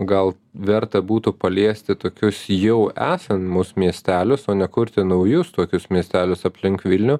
gal verta būtų paliesti tokius jau esamus mūsų miestelius o ne kurti naujus tokius miestelius aplink vilnių